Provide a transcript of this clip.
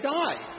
die